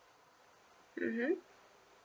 mmhmm